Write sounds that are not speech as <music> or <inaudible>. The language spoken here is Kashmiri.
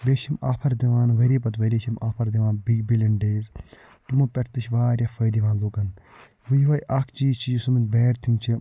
بیٚیہِ چھِ یِم آفر دِوان ؤری پَتہٕ ؤری چھِ یِم آفر دِوان <unintelligible> بِلِنٛگ ڈیز تموٚو پٮ۪ٹھ تہِ چھُ واریاہ فٲیدٕ یِوان لوٗکن بیٚیہِ یِہوے اکھ چیٖز چھُ یُس یِمَن بیڈ تھنٛگ چھُ